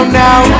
now